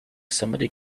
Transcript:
somebody